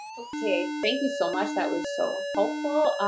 okay. thank you so much. that was so helpful.